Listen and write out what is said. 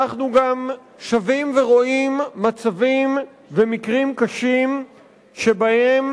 אנחנו גם שבים ורואים מצבים ומקרים קשים שבהם